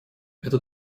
это